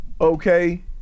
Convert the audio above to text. okay